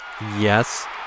yes